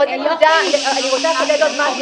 זה אומר שאנחנו נפנה לסעיף 33(א) לחוק שחרור על תנאי ממאסר,